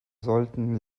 sollten